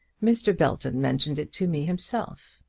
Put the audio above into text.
mr. belton mentioned it to me himself.